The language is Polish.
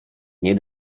nie